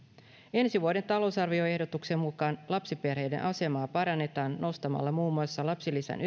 ensi vuoden talousarvioehdotuksen mukaan lapsiperheiden asemaa parannetaan nostamalla muun muassa lapsilisän